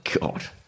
God